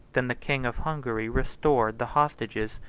than the king of hungary restored the hostages,